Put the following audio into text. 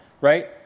right